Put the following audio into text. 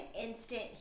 instant